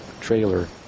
trailer